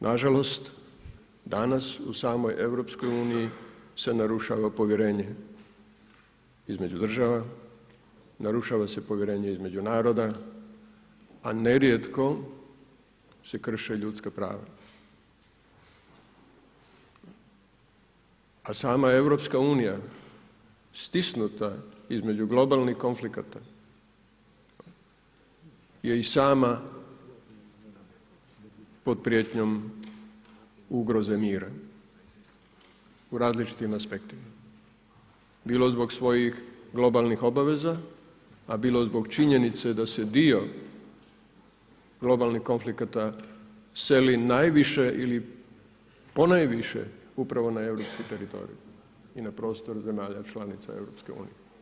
Na žalost danas u samoj EU se narušava povjerenje između država, narušava se povjerenje između naroda, a nerijetko se krše ljudska prava a sama EU stisnuta između globalnih konflikata je i sama pod prijetnjom ugroze mira u različitim aspektima, bilo zbog svojih globalnih obaveza, a bilo zbog činjenice da se dio globalnih konflikata seli najviše ili ponajviše upravo na europski teritorij i na prostor zemalja članica EU.